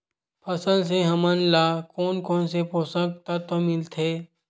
फसल से हमन ला कोन कोन से पोषक तत्व मिलथे?